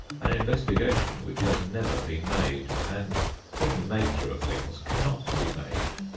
an investigation which has never been made, and from the nature of things cannot be made.